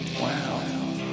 Wow